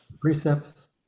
precepts